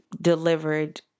delivered